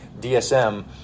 DSM